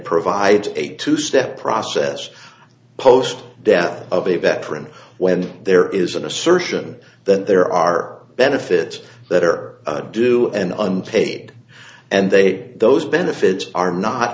provides a two step process post death of a veteran when there is an assertion that there are benefits that are due and unpaid and they those benefits are